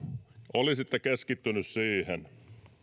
olisitte keskittyneet siihen